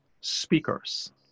speakers